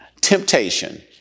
temptation